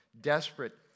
desperate